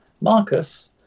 Marcus